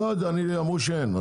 אמרו שאין.